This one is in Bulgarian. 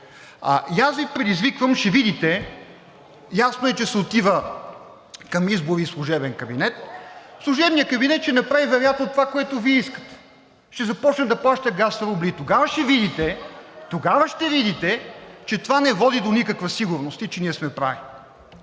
аз Ви предизвиквам – ще видите, ясно е, че се отива към избори и служебен кабинет, служебният кабинет ще направи това, което Вие искате, ще започне да плаща газ с рубли, и тогава ще видите, че това не води до никаква сигурност и че ние сме прави.